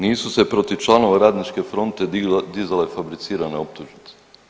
Nisu se protiv članova Radničke fronte dizale fabricirane optužnice.